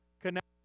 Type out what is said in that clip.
connect